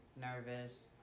nervous